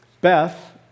Beth